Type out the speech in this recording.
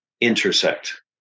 Intersect